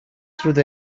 through